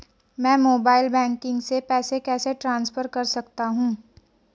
मैं mobile banking से पैसे कैसे ट्रांसफर कर सकता हूं?